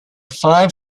five